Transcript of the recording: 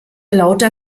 lauter